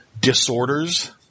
disorders